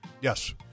Yes